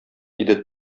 иде